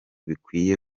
bikwiye